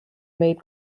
made